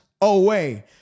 away